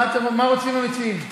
מה רוצים המציעים?